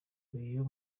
uyu